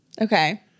Okay